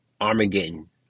Armageddon